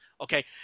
Okay